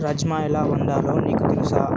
రాజ్మా ఎలా వండాలో నీకు తెలుసా